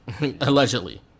allegedly